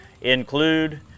include